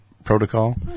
Protocol